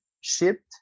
shipped